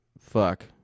Fuck